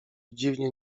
dziwnie